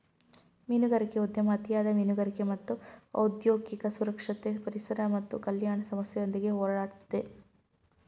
ಮೀನುಗಾರಿಕೆ ಉದ್ಯಮ ಅತಿಯಾದ ಮೀನುಗಾರಿಕೆ ಮತ್ತು ಔದ್ಯೋಗಿಕ ಸುರಕ್ಷತೆ ಪರಿಸರ ಮತ್ತು ಕಲ್ಯಾಣ ಸಮಸ್ಯೆಯೊಂದಿಗೆ ಹೋರಾಡ್ತಿದೆ